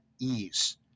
ease